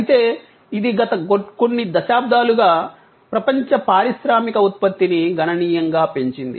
అయితే ఇది గత కొన్ని దశాబ్దాలుగా ప్రపంచ పారిశ్రామిక ఉత్పత్తిని గణనీయంగా పెంచింది